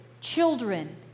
Children